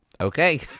okay